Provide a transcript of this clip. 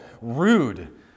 rude